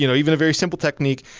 you know even a very simple technique,